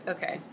Okay